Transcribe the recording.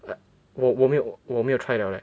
我我没有我没有 try liao leh